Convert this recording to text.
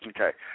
Okay